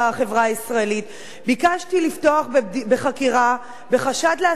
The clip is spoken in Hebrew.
ביקשתי לפתוח בחקירה, בחשד להסתה, נגד הרבנים,